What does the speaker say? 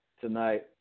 tonight